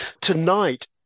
Tonight